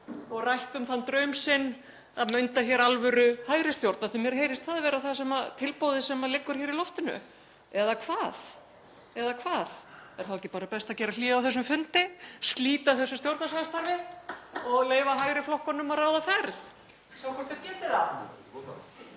og rætt um þann draum sinn að mynda hér alvöru hægri stjórn, því að mér heyrist það vera tilboðið sem liggur hér í loftinu, eða hvað? Er þá ekki bara best að gera hlé á þessum fundi, slíta þessu stjórnarsamstarfi og leyfa hægri flokkunum að ráða ferð, sjá hvort þeir geti það?